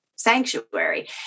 sanctuary